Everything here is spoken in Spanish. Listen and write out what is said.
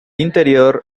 interior